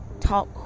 talk